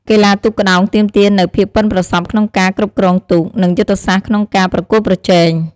កីឡាទូកក្ដោងទាមទារនូវភាពប៉ិនប្រសប់ក្នុងការគ្រប់គ្រងទូក និងយុទ្ធសាស្ត្រក្នុងការប្រកួតប្រជែង។